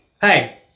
hey